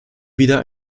wieder